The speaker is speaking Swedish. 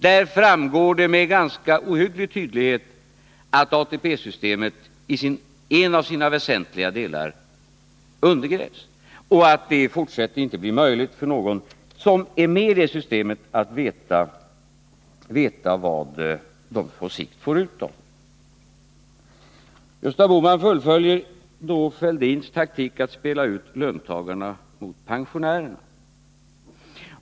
Där framgår med ganska ohygglig tydlighet att ATP-systemet i en av sina väsentliga delar undergrävs. Det blir i fortsättningen inte möjligt för någon som är med i det systemet att veta vad han eller hon på sikt får ut av det. Gösta Bohman fullföljer Thorbjörn Fälldins taktik att spela ut löntagarna mot pensionärerna.